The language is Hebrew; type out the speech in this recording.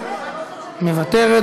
מוותרת,